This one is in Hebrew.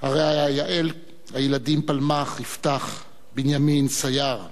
הרעיה יעל, הילדים פלמח-יפתח, בנימין-סייר,